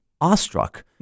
awestruck